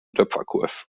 töpferkurs